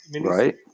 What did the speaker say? Right